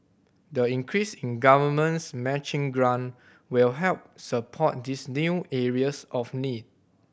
the increase in Government's matching grant will help support these new areas of need